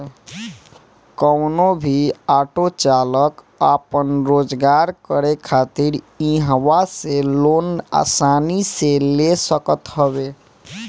कवनो भी ऑटो चालाक आपन रोजगार करे खातिर इहवा से लोन आसानी से ले सकत हवे